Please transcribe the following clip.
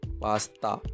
pasta